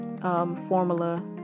formula